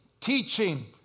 teaching